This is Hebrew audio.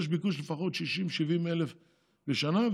יש ביקוש לפחות ל-60,000 70,000 בשנה,